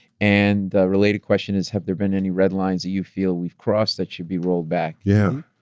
and a related question is, have there been any red lines that you feel we've crossed that should be rolled back? yeah,